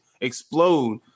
explode